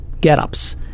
get-ups